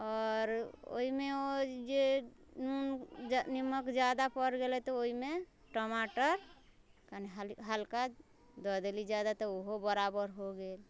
आओर ओइमे आओर जे नून नीमक जादा पड़ि गेलै तऽ ओइमे टमाटर कनी हल्का हल्का दअ देली जादा तऽ उहो बराबर हो गेल